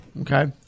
Okay